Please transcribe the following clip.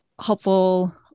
helpful